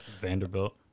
Vanderbilt